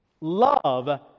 Love